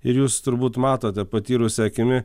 ir jūs turbūt matote patyrusia akimi